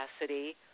capacity